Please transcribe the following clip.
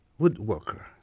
woodworker